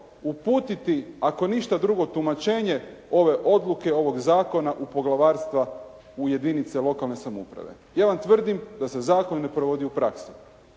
uputiti ako ništa drugo tumačenje ove odluke, ovog zakona u poglavarstva u jedinice lokalne samouprave. Ja vam tvrdim da se zakon ne provodi u praksi.